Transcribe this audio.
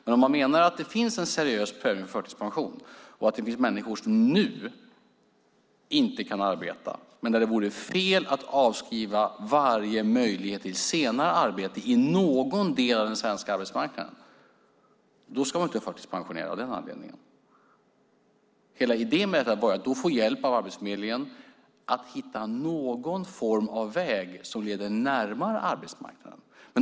Men om man säger att det finns en seriös prövning för förtidspension och att det finns människor som nu inte kan arbeta men där det vore fel att avskriva varje möjlighet till senare arbete på någon del av den svenska arbetsmarknaden ska man inte förtidspensionera av den anledningen. Hela idén är att få hjälp av Arbetsförmedlingen att hitta någon form av väg som leder närmare arbetsmarknaden.